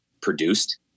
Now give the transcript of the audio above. produced